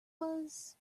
was